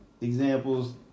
Examples